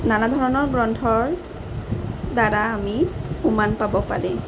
নানা ধৰণৰ গ্ৰন্থৰ দ্বাৰা আমি উমান পাব পাৰি